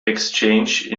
exchanged